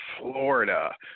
Florida